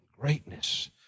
greatness